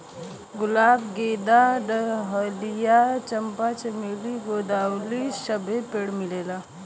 गुलाब गेंदा डहलिया चंपा चमेली गुल्दाउदी सबे पेड़ मिलेला